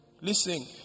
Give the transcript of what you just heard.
Listen